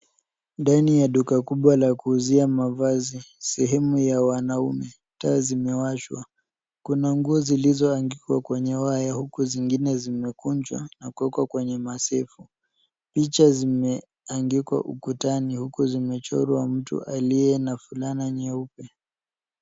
Ndani ya duka kubwa la kuuzia mavazi, sehemu ya wanaume. Taa zimewashwa. Kuna nguo zilizoangikwa kwenye waya huku zingine zimekunjwa na kuwekwa kwenye masefu. Picha zimeangikwa ukutani huku zimechorwa mtu aliye na fulana nyeupe.